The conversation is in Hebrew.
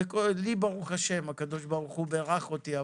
לי יש, ברוך השם, הקדוש ברוך הוא בירך אותי.